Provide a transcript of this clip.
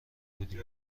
بودیم